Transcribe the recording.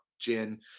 Gin